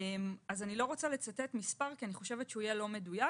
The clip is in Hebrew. אז אני לא רוצה לצטט מספר כי הוא לא יהיה מדויק,